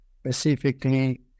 specifically